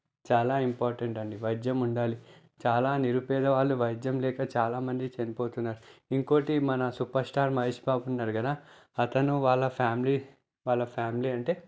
చాలా ఇంపార్టెంట్ అండి వైద్యం ఉండాలి చాలా నిరుపేద వాళ్ళు వైద్యం లేక చాలామంది చనిపోతున్నారు ఇంకొకటి మన సూపర్ స్టార్ మహేష్ బాబు ఉన్నారు కదా అతను వాళ్ళ ఫ్యామిలీ వాళ్ళ ఫ్యామిలీ అంటే